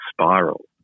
spiral